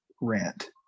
rant